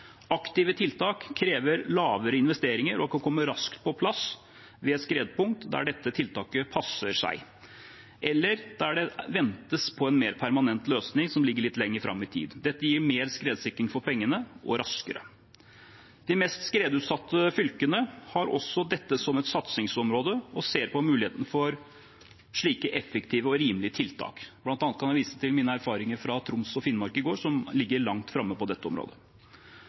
Aktive tiltak krever lavere investeringer og kan komme raskt på plass ved et skredpunkt der dette tiltaket passer, eller der det ventes på en mer permanent løsning som ligger litt lenger fram i tid. Dette gir mer skredsikring for pengene og er raskere. De mest skredutsatte fylkene har også dette som et satsingsområde og ser på muligheten for slike effektive og rimelige tiltak. Blant annet kan jeg vise til mine erfaringer fra Troms og Finnmark i går, som ligger langt framme på dette området.